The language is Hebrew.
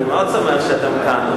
אני מאוד שמח שאתם כאן,